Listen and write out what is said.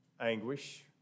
anguish